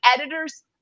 editors